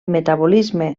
metabolisme